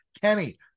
Kenny